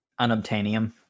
unobtainium